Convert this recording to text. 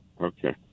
Okay